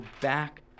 back